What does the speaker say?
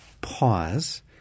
pause